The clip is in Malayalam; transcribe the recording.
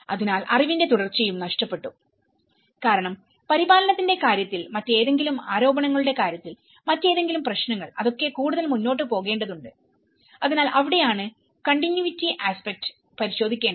അതിനാൽ അറിവിന്റെ തുടർച്ചയും നഷ്ടപ്പെട്ടു കാരണം പരിപാലനത്തിന്റെ കാര്യത്തിൽ മറ്റേതെങ്കിലും ആരോപണങ്ങളുടെ കാര്യത്തിൽ മറ്റേതെങ്കിലും പ്രശ്നങ്ങൾ അതൊക്കെ കൂടുതൽ മുന്നോട്ട് കൊണ്ടുപോകേണ്ടതുണ്ട് അതിനാൽ അവിടെയാണ് കണ്ടിനുവിറ്റി ആസ്പെക്ട് continuപരിശോധിക്കേണ്ടത്